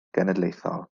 genedlaethol